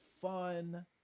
fun